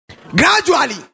Gradually